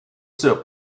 sur